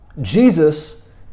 Jesus